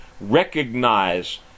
recognize